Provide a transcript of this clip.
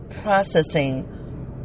processing